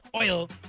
oil